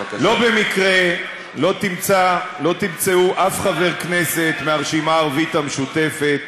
לא במקרה לא תמצאו אף חבר כנסת מהרשימה הערבית המשותפת